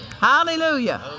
Hallelujah